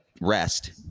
rest